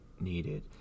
needed